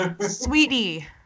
sweetie